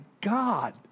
God